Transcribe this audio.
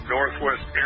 Northwest